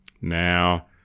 Now